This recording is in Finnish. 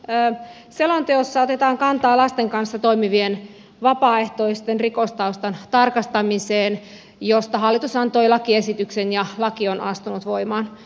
tässä selonteossa otetaan kantaa lasten kanssa toimivien vapaaehtoisten rikostaustan tarkastamiseen josta hallitus antoi lakiesityksen ja laki on astunut voimaan